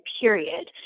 period